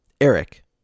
Eric